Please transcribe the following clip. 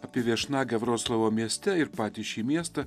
apie viešnagę vroclavo mieste ir patį šį miestą